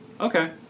Okay